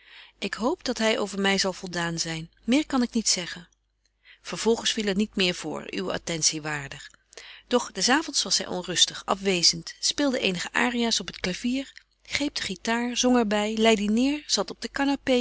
ik hoop dat hy over my zal voldaan zyn meer kan ik niet zeggen vervolgens viel er niet meer voor uwe attentie waardig doch des avonds was zy onrustig afwezent speelde eenige arias op t clavier greep de guitar zong er by lei die neêr zat op de